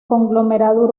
conglomerado